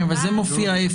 איפה זה מופיע?